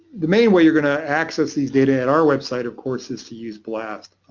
the main way you're going to access these data on our website of course is to use blast.